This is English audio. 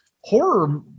Horror